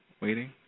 waiting